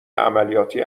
عملیاتی